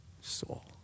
soul